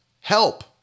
help